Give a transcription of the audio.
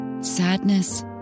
sadness